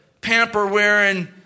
pamper-wearing